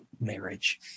marriage